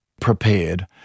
prepared